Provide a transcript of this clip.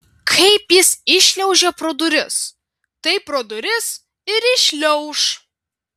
kaip jis įšliaužė pro duris taip pro duris ir iššliauš